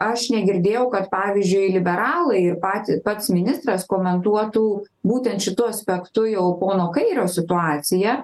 aš negirdėjau kad pavyzdžiui liberalai ir patį pats ministras komentuotų būtent šitu aspektu jau pono kairio situaciją